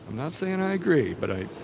not saying i agree but i